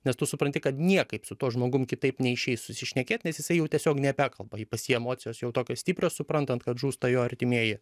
nes tu supranti kad niekaip su tuo žmogum kitaip neišeis susišnekėt nes jisai jau tiesiog nebekalba pas jį emocijos jau tokios stiprios suprantan kad žūsta jo artimieji